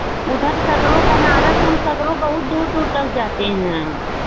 उधर से अगर वह बनारस हम सगरु बहुत दूर दूर तक जाते हैं